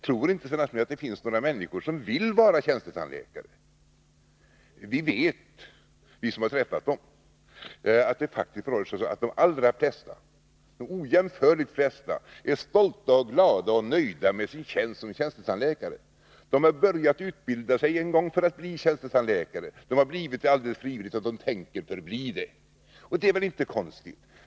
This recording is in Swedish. Tror inte Sven Aspling att det finns några människor som vill vara tjänstetandläkare? Vi som har träffat dem vet att det faktiskt förhåller sig på det sättet att de allra flesta, de ojämförligt flesta, är stolta och glada och nöjda med sin tjänst som tjänstetandläkare. De har börjat utbilda sig en gång för att bli tjänstetandläkare, de har blivit det alldeles frivilligt, och de tänker förbli det. Det är väl inte konstigt?